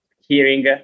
hearing